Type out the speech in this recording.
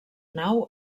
nau